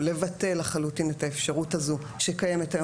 לבטל לחלוטין את האפשרות הזאת שקיימת היום